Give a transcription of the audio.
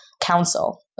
council